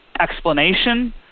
explanation